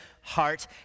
heart